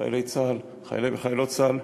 חיילי צה"ל וחיילות צה"ל,